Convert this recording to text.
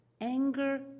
Anger